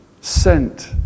sent